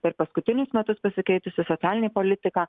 per paskutinius metus pasikeitusi socialinė politika